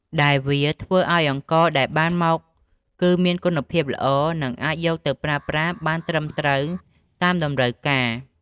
ដែលវាធ្វើឱ្យអង្ករដែលបានមកគឺមានគុណភាពល្អ និងអាចយកទៅប្រើប្រាស់បានត្រឹមត្រូវតាមតម្រូវការ។